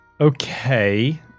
Okay